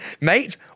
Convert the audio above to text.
mate